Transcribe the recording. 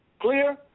Clear